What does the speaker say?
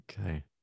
okay